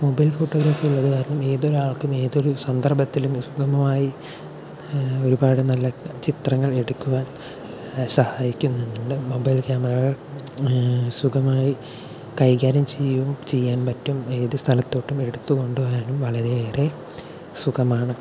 mobile photography ഉള്ളത് കാരണം ഏതൊരാൾക്കും ഏതൊരു സന്ദർഭത്തിലും നിഷ്പ്രഭമായി ഒരുപാട് നല്ല ചിത്രങ്ങൾ എടുക്കുവാൻ സഹായിക്കുന്നു നല്ല മൊബൈൽ ക്യാമറകൾ സുഖമായി കൈകാര്യം ചെയ്യുവാനും പറ്റും ഏതു സ്ഥലത്തോട്ടും എടുത്തുകൊണ്ട് പോകുവാനും വളരെ ഏറെ സുഖം ആണ്